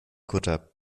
kutter